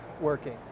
working